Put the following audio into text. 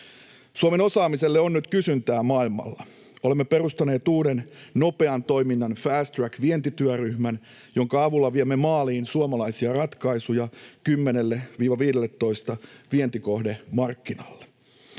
Suomen osaamiselle on nyt kysyntää maailmalla. Olemme perustaneet uuden nopean toiminnan fast track ‑vientityöryhmän, jonka avulla viemme maaliin suomalaisia ratkaisuja 10—15 vientikohdemarkkinalle.